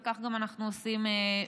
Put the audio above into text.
וכך גם אנחנו עושים במשרד.